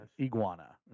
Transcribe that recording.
Iguana